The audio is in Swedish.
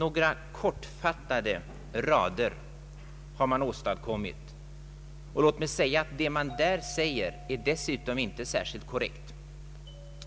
Man har åstadkommit några kortfattade rader, och vad som där sägs är dessutom inte särskilt korrekt.